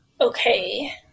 Okay